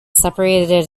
separated